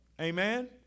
Amen